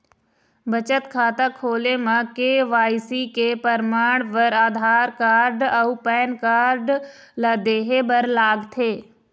बचत खाता खोले म के.वाइ.सी के परमाण बर आधार कार्ड अउ पैन कार्ड ला देहे बर लागथे